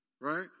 Right